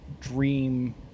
dream